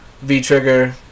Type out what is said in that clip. V-trigger